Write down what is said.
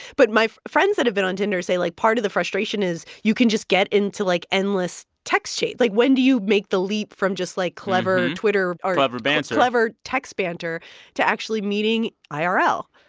but my friends that have been on tinder say, like, part of the frustration is you can just get into like endless text chains. like, when do you make the leap from just, like, clever twitter or. clever banter. or clever text banter to actually meeting i r l?